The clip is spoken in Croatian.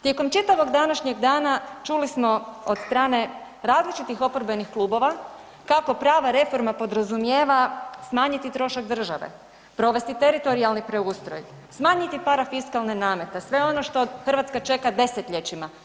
Tijekom čitavog današnjeg dana čuli smo od strane različitih oporbenih klubova kako prava reforma podrazumijeva smanjiti trošak države, provesti teritorijalni preustroj, smanjiti parafiskalne namete, sve ono što Hrvatska čeka desetljećima.